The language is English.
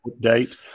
update